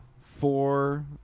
four